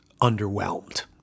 underwhelmed